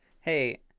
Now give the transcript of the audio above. hey